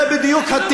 מה אתה מיתמם?